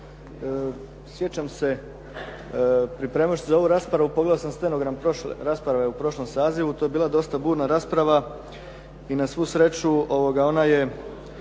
sjećam se pripremajući se za ovu raspravu, pogledao sam stenogram prošle rasprave u prošlom sazivu, to je bila dosta burna rasprava i na svu sreću ona je